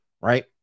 Right